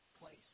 place